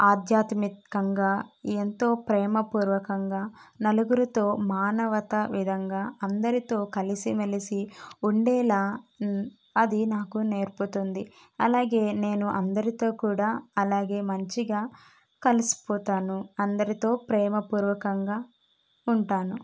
ఆధ్యాత్మికంగా ఎంతో ప్రేమపూర్వకంగా నలుగురితో మానవత విధంగా అందరితో కలిసిమెలిసి ఉండేలాగ అది నాకు నేర్పుతుంది అలాగే నేను అందరితో కూడా అలాగే మంచిగా కలిసిపోతాను అందరితో ప్రేమపూర్వకంగా ఉంటాను